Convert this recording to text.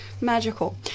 magical